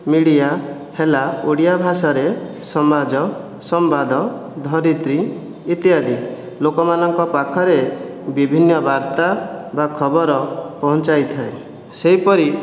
media ହେଲା ଓଡ଼ିଆ ଭାଷାରେ ସମାଜ ସମ୍ବାଦ ଧରିତ୍ରୀ ଇତ୍ୟାଦି ଲୋକମାନଙ୍କ ପାଖରେ ବିଭିନ୍ନ ବାର୍ତ୍ତା ବା ଖବର ପହଞ୍ଚାଇଥାଏ ସେହିପରି